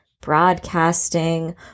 broadcasting